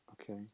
Okay